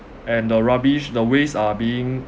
and the rubbish the waste are being